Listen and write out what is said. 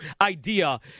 idea